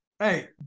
Hey